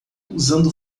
usando